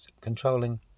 Controlling